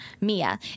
Mia